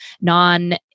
non